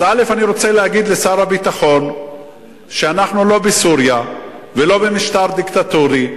אז אני רוצה להגיד לשר הביטחון שאנחנו לא בסוריה ולא במשטר דיקטטורי,